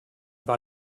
war